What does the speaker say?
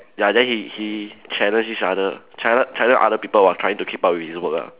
ya then he he challenge each other challen~ challenge other people while trying to keep up with his work ah